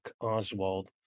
Oswald